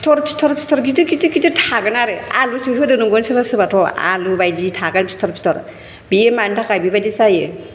फिथर फिथर गिदिर गिदिर गिदिर थागोन आरो आलुसो होदों नंगोन सोरबा सोरबाथ' आलु बायदि थागोन फिथर फिथर बे मानि थाखाय बेबायदि जायो